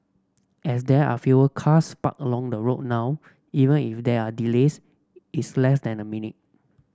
as there are fewer cars parked along the road now even if they are delays it's less than a minute